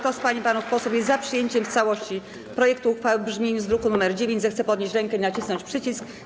Kto z pań i panów posłów jest za przyjęciem w całości projektu uchwały w brzmieniu z druku nr 9, zechce podnieść rękę i nacisnąć przycisk.